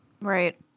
Right